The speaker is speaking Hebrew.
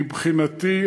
מבחינתי,